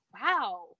wow